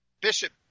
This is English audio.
Bishop